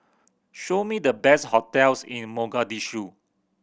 show me the best hotels in Mogadishu